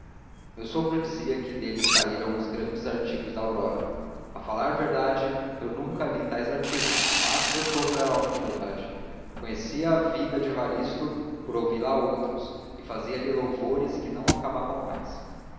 meu sogro dizia que dele saíram os grandes artigos da aurora a falar verdade eu nunca li tais artigos mas meu sogro era homem de verdade conhecia a vida de evaristo por ouvi-la a outros e fazia-lhe louvores que não acabavam mais